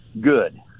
good